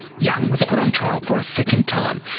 young was put on trial for a second time,